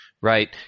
Right